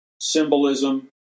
symbolism